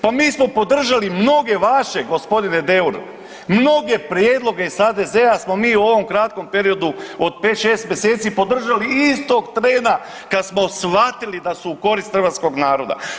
Pa mi smo podržali mnoge vaše, g. Deur, mnoge prijedloge iz HDZ-a smo mi u ovom kratkom periodu od 5, 6 mjeseci podržali istog trena kad smo shvatili da su u korist hrvatskog naroda.